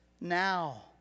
Now